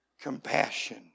compassion